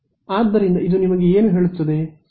ಆದ್ದರಿಂದ ಅದು ನಿಮಗೆ ಏನು ಹೇಳುತ್ತದೆ